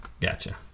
Gotcha